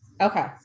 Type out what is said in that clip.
Okay